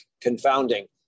confounding